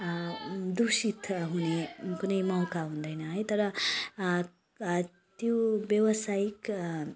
दुषित हुने कुनै मौका हुँदैन है तर त्यो व्यवसायिक